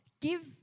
give